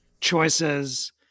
choices